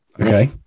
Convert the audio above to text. Okay